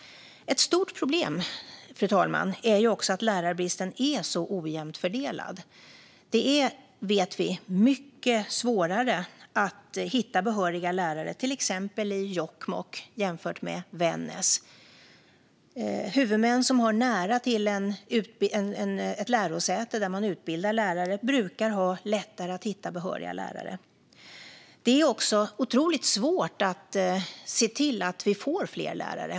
Ett stort problem är det också, fru talman, att lärarbristen är ojämnt fördelad. Vi vet att det är mycket svårare att hitta behöriga lärare i till exempel Jokkmokk än i Vännäs. Huvudmän som har nära till ett lärosäte där man utbildar lärare brukar ha lättare att hitta behöriga lärare. Det är också otroligt svårt att se till att vi får fler lärare.